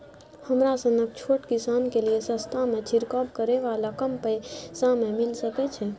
हमरा सनक छोट किसान के लिए सस्ता में छिरकाव करै वाला कम पैसा में मिल सकै छै?